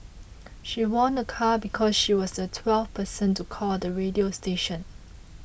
she won a car because she was the twelfth person to call the radio station